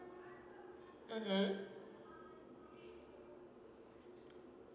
mmhmm